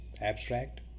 Abstract